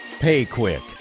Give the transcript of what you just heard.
PayQuick